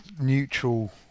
neutral